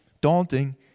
daunting